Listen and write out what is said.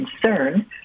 concern